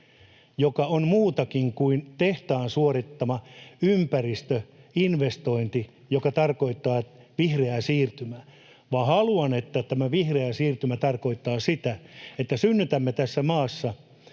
joka on muutakin kuin tehtaan suorittama ympäristöinvestointi, joka tarkoittaa vihreää siirtymää. Haluan, että tämä vihreä siirtymä tarkoittaa sitä, että synnytämme tässä maassa